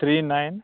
three nine